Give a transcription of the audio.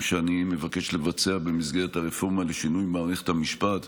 שאני מבקש לבצע במסגרת הרפורמה לשינוי במערכת המשפט,